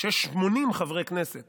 כשיש 80 חברי כנסת